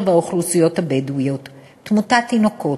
האוכלוסיות הבדואיות: תמותת תינוקות,